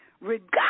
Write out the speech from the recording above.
Regardless